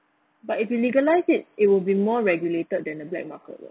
but if you legalise it it will be more regulated than the black market [what]